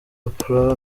oprah